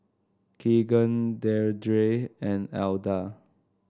Keegan Deirdre and Alda